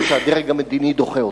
או הדרג המדיני דוחה אותנו?